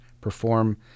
perform